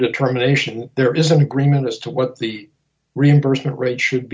determination there is an agreement as to what the reimbursement rate should